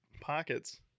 pockets